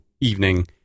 evening